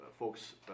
folks